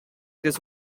this